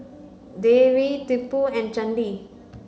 Devi Tipu and Chandi